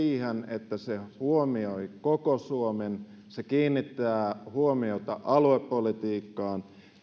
että se huomioi koko suomen se kiinnittää huomiota aluepolitiikkaan